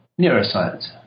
neuroscience